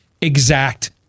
exact